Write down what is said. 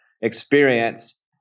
experience